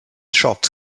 shots